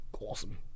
awesome